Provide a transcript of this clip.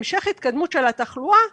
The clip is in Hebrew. המשך התקדמות של התחלואה,